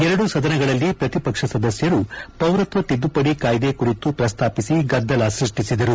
ಎರಡೂ ಸದನಗಳಲ್ಲಿ ಪ್ರತಿಪಕ್ಷ ಸದಸ್ಯರು ಪೌರತ್ವ ತಿದ್ದುಪಡಿ ಕಾಯ್ದೆ ಕುರಿತು ಪ್ರಸ್ತಾಪಿಸಿ ಗದ್ದಲ ಸ್ಪಷ್ಷಿಸಿದರು